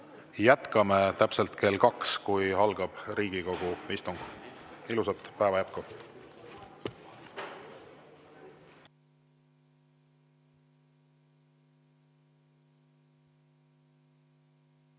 jätkame täpselt kell kaks, kui algab Riigikogu istung. Ilusat päeva jätku!